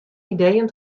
ideeën